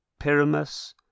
Pyramus